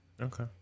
Okay